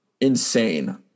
Insane